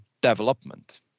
development